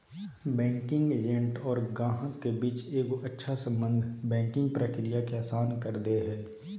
banking agent और गाहक के बीच एगो अच्छा सम्बन्ध बैंकिंग प्रक्रिया के आसान कर दे हय